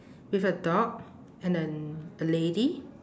with a dog and a l~ a lady